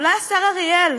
אולי השר אריאל